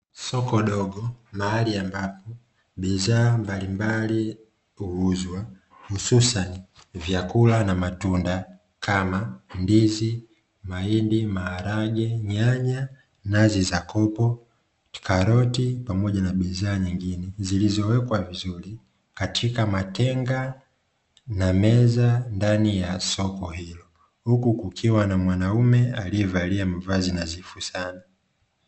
Soko dogo na hali ya bidhaa mbalimbali kuuzwa hususan vyakula vya matunda kama ndizi mahindi maharage nyanya nazi za kopo na meza ndani ya soko hilo huku kukiwa na mwanamume aliyevalia mavazi na nadhifu sana